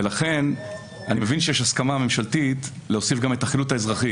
אני מבין שיש גם הסכמה ממשלתית להוסיף גם את החילוט האזרחי